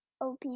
Op